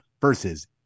versus